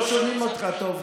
לא שומעים אותך טוב,